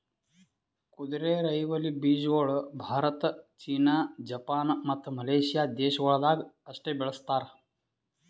ಕುದುರೆರೈವಲಿ ಬೀಜಗೊಳ್ Bharat, China, Japan, ಮತ್ತ ಮಲೇಷ್ಯಾ ದೇಶಗೊಳ್ದಾಗ್ ಅಷ್ಟೆ ಬೆಳಸ್ತಾರ್